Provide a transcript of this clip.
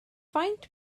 faint